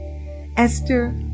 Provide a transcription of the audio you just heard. Esther